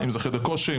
חדר כושר,